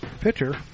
pitcher